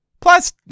Plus